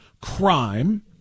crime